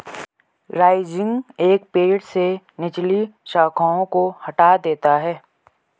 rising एक पेड़ से निचली शाखाओं को हटा देता है